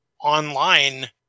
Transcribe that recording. online